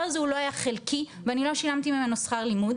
הזה הוא לא היה חלקי ואני לא שילמי ממנו שכר לימוד,